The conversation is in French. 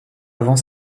avant